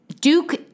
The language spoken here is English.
Duke